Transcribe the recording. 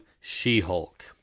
She-Hulk